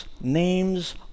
names